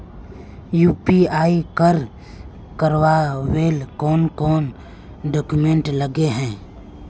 UPI कर करावेल कौन कौन डॉक्यूमेंट लगे है?